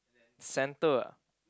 center ah